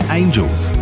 angels